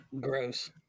Gross